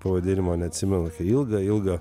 pavadinimo neatsimenu ilgą ilgą